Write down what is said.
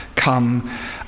come